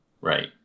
Right